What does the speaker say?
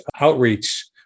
outreach